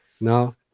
Now